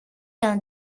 dans